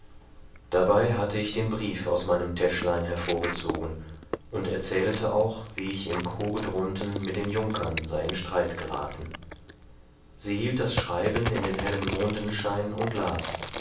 dabei hatte ich den brief aus meinem täschlein hervorgezogen und erzählete auch wie ich im kruge drunten mit den junkern sei in streit gerathen sie hielt das schreiben in den hellen mondenschein und las